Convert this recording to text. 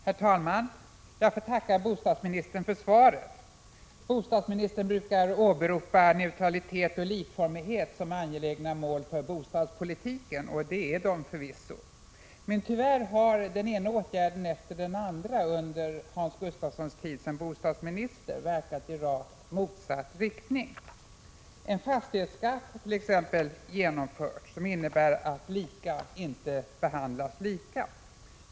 Herr talman! Jag får tacka bostadsministern för svaret. Bostadsministern brukar åberopa neutralitet och likformighet som angelägna mål för bostadspolitken, och det är de förvisso. Men tyvärr har den ena åtgärden efter den andra under Hans Gustafssons tid som bostadsminister verkat i rakt motsatt riktning. En fastighetsskatt har t.ex. genomförts som innebär att lika inte behandlas lika.